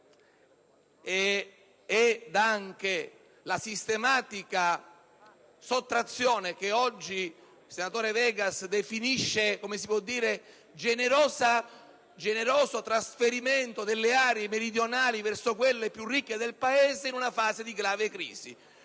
nonché la sistematica sottrazione (che oggi il senatore Vegas definisce generoso trasferimento) di risorse dalle aree meridionali verso quelle più ricche del Paese in una fase di grave crisi.